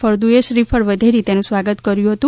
ફળદુએ શ્રીફળ વધેરીને સ્વાગત કર્યું હતું